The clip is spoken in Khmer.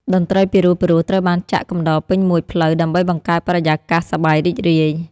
តន្ត្រីពិរោះៗត្រូវបានចាក់កំដរពេញមួយផ្លូវដើម្បីបង្កើតបរិយាកាសសប្បាយរីករាយ។